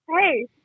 hey